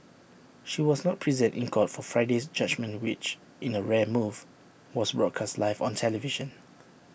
she was not present in court for Friday's judgement which in A rare move was broadcast live on television